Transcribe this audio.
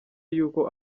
yuko